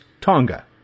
Tonga